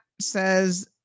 says